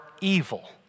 evil